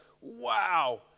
wow